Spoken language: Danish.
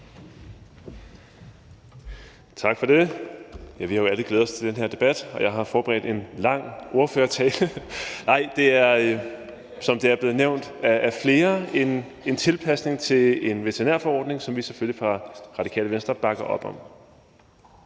Tak for det. Vi har jo alle glædet os til den her debat, og jeg har forberedt en lang ordførertale. Nej, som det er blevet nævnt af flere, er der tale om en tilpasning til en veterinærforordning, som vi selvfølgelig fra Radikale Venstres side bakker op om.